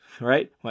right